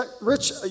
rich